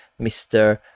Mr